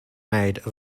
made